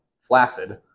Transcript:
flaccid